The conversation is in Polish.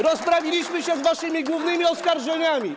Rozprawiliśmy się z waszymi głównymi oskarżeniami.